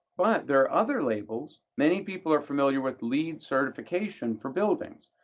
but there are other labels. many people are familiar with leed certification for buildings.